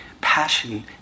passion